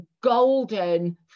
golden